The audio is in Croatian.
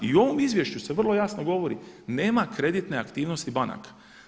I u ovom izvješću se vrlo jasno govori, nema kreditne aktivnosti banaka.